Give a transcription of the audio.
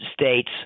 states